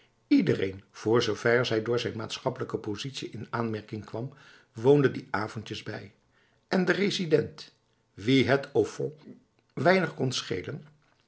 iedereen voorzover hij door zijn maatschappelijke positie in aanmerking kwam woonde die avondjes bij en de resident wie het au fond weinig kon schelen